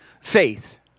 Faith